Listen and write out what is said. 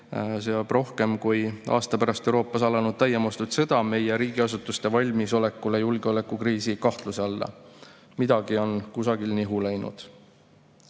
seab rohkem kui aasta pärast Euroopas alanud täiemahulist sõda meie riigiasutuste valmisoleku julgeolekukriisis kahtluse alla. Midagi on kusagil nihu läinud.